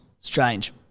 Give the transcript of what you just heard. Strange